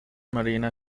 marina